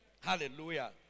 Hallelujah